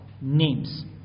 names